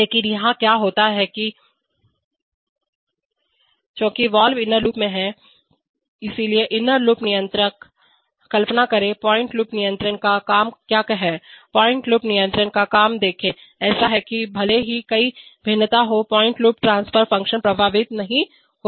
लेकिन यहां क्या होता है कि चूंकि वाल्व इनर लूप में है इसलिए इनर लूप नियंत्रक कंट्रोलर कल्पना करें पॉइंट लूप नियंत्रण का काम क्या है पॉइंट लूप नियंत्रण का काम देखें ऐसा है कि भले ही कोई भिन्नता हो पॉइंट लूप ट्रांसफर फ़ंक्शन प्रभावित नहीं होता है